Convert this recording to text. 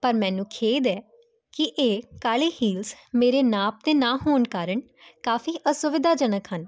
ਪਰ ਮੈਨੂੰ ਖੇਦ ਹੈ ਕਿ ਇਹ ਕਾਲੇ ਹੀਲਸ ਮੇਰੇ ਨਾਪ ਦੇ ਨਾ ਹੋਣ ਕਾਰਨ ਕਾਫੀ ਅਸੁਵਿਧਾਜਨਕ ਹਨ